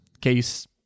Case